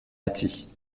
bâties